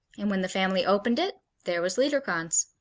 and when the family opened it, there was liederkranz.